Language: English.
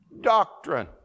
doctrine